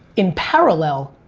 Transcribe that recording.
in parallel,